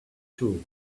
true